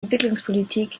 entwicklungspolitik